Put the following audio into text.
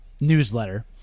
newsletter